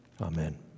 Amen